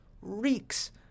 reeks